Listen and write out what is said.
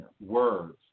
words